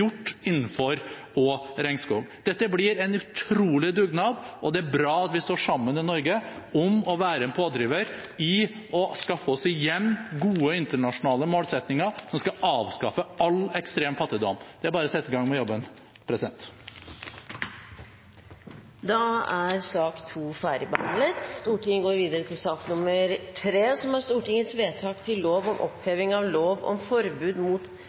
innenfor regnskog. Dette blir en utrolig dugnad, og det er bra at vi står sammen i Norge om å være en pådriver for å fremskaffe – igjen – gode internasjonale målsettinger som skal avskaffe all ekstrem fattigdom. Det er bare å sette i gang med jobben! Da er sak nr. 2 ferdigbehandlet. Ingen har bedt om ordet. Ingen har bedt om ordet. Stortinget skal da gå til